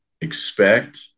expect